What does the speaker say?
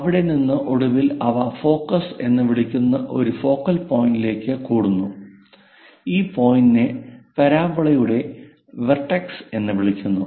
അവിടെ നിന്ന് ഒടുവിൽ അവ ഫോക്കസ് എന്ന് വിളിക്കുന്ന ഒരു ഫോക്കൽ പോയിന്റിലേക്ക് കൂടുന്നു ഈ പോയിന്റിനെ പരാബോളയുടെ വെർട്ടെക്സ് എന്ന് വിളിക്കുന്നു